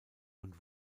und